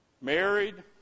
married